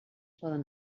poden